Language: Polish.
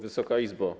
Wysoka Izbo!